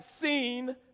seen